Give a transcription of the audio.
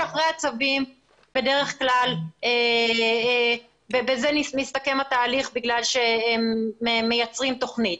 שאחרי הצווים בדרך כלל בזה מסתכם התהליך בגלל שהם מייצרים תוכנית,